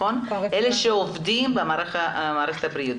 אלה שעובדים במערכת הבריאות,